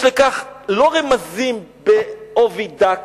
יש לכך לא רמזים בעובי דק,